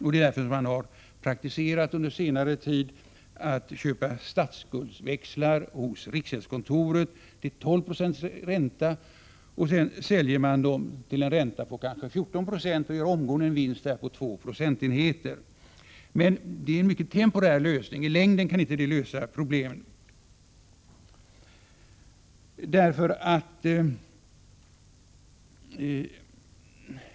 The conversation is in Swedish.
Under senare tid har man således praktiserat att köpa statsskuldsväxlar hos riksgäldskontoret till 12 96 ränta för att sälja dem till en ränta på kanske 14 96 och gör omgående en vinst på två procentenheter. Men detta är en mycket temporär lösning. I längden löser det inte problemen.